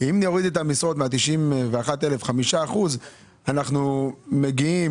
אם נוריד 5% מ-91,000 משרות אנחנו מגיעים